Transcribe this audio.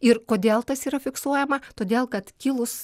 ir kodėl tas yra fiksuojama todėl kad kilus